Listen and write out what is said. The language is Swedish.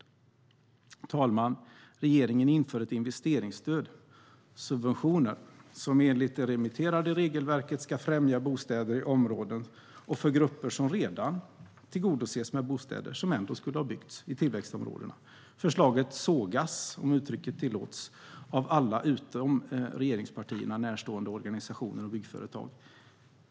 Herr talman! Regeringen inför ett investeringsstöd. Det är subventioner som enligt det remitterade regelverket ska främja bostäder och grupper som redan tillgodoses med bostäder - bostäder som ändå skulle ha byggts - i tillväxtområden. Förslaget sågas, om uttrycket tillåts, av alla utom regeringspartierna närstående organisationer och byggföretag.